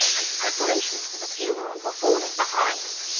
and preparations for the funeral were falling behind,